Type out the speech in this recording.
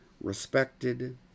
respected